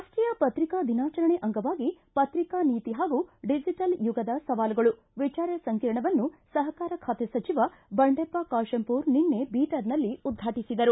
ರಾಷ್ಟೀಯ ಪತ್ರಿಕಾ ದಿನಾಚರಣೆ ಅಂಗವಾಗಿ ಪತ್ರಿಕಾ ನೀತಿ ಹಾಗೂ ಡಿಜಿಟಲ್ ಯುಗದ ಸವಾಲುಗಳು ವಿಚಾರ ಸಂಕಿರಣವನ್ನು ಸಹಕಾರ ಖಾತೆ ಸಚಿವ ಬಂಡೆಪ್ಪ ಖಾತೆಂಪುರ ನಿನ್ನೆ ಬೀದರ್ನಲ್ಲಿ ಉದ್ವಾಟಿಸಿದರು